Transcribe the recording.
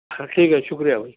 ہں ٹھیک ہے شکریہ بھائی